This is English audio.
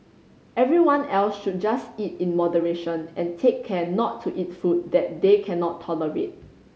everyone else should just eat in moderation and take care not to eat food that they cannot tolerate